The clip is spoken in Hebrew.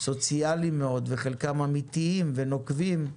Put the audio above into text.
סוציאלים מאוד, וחלקם אמיתיים ונוקבים,